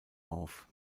auf